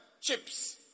chips